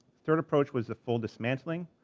third approach was a full dismantling.